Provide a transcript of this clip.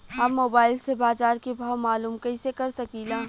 हम मोबाइल से बाजार के भाव मालूम कइसे कर सकीला?